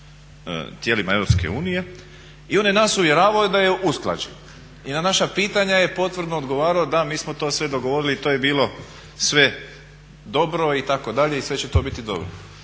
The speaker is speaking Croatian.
i on je nas uvjeravao da je usklađen i na naša pitanja je potvrdno odgovarao, da, mi smo to sve dogovorili, to je bilo sve dobro itd. i sve će to biti dobro.